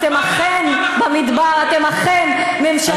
אתם אכן ממשלה של מהמרים.